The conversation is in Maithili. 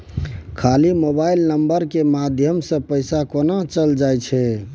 खाली मोबाइल नंबर के माध्यम से पैसा केना चल जायछै?